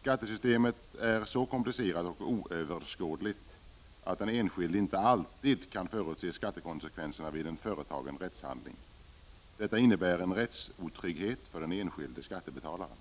Skattesystemet är så komplicerat och oöverskådligt att den enskilde inte alltid kan förutse skattekonsekvenserna vid en företagen rättshandling. Detta innebär en rättsotrygghet för den enskilde skattebetalaren.